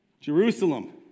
Jerusalem